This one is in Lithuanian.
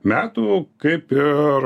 metų kaip ir